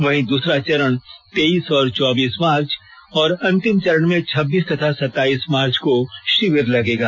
वहीं दूसरा चरण तेइस और चौबीस मार्च और अंतिम चरण में छब्बीस तथा सताइस मार्च को शिविर लगेगा